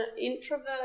introvert